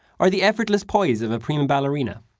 or the effortless poise of a prima ballerina.